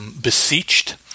beseeched